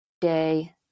day